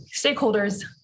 stakeholders